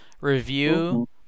review